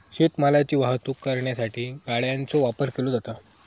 शेत मालाची वाहतूक करण्यासाठी गाड्यांचो वापर केलो जाता